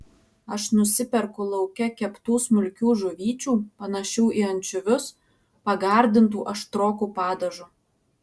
aš nusiperku lauke keptų smulkių žuvyčių panašių į ančiuvius pagardintų aštroku padažu